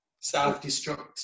self-destruct